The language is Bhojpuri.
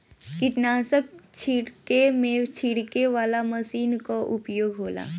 कीटनाशक छिड़के में छिड़के वाला मशीन कअ उपयोग होला